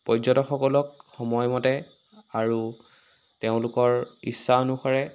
পৰ্যটকসকলক সময়মতে আৰু তেওঁলোকৰ ইচ্ছা অনুসাৰে